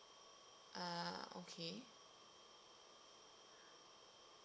ah okay